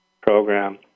program